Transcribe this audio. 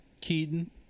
Keaton